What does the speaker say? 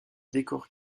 décor